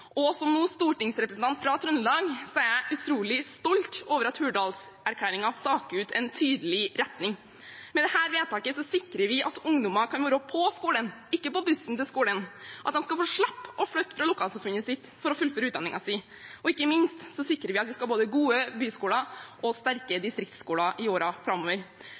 og nå som stortingsrepresentant fra Trøndelag er jeg utrolig stolt over at Hurdalsplattformen staker ut en tydelig retning. Med dette vedtaket sikrer vi at ungdommer kan være på skolen, ikke på bussen til skolen – at de skal få slippe å flytte fra lokalsamfunnet sitt for å fullføre utdanningen sin. Og ikke minst sikrer vi at vi skal ha både gode byskoler og sterke distriktsskoler i årene framover.